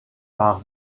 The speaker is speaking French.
par